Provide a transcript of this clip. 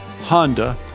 Honda